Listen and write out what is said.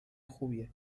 خوبیه